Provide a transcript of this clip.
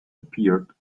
appeared